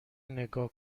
نگاه